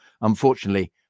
Unfortunately